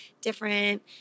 different